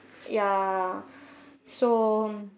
ya so